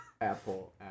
Apple